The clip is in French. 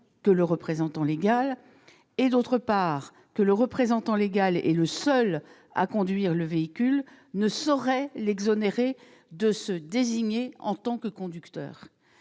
que son représentant légal ni celui que ce représentant est le seul à conduire le véhicule ne sauraient l'exonérer de se désigner en tant que conducteur.